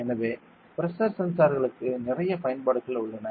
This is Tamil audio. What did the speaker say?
எனவே பிரஷர் சென்சார்களுக்கு நிறைய பயன்பாடுகள் உள்ளன